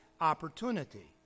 opportunity